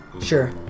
Sure